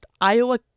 Iowa